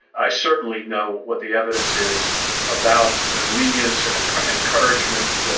i certainly know what the evidence is about lenience and encouragement.